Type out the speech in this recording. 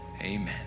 Amen